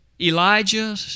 Elijah